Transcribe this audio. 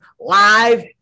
live